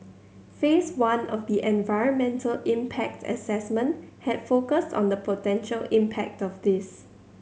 Phase One of the environmental impact assessment had focused on the potential impact of this